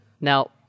Now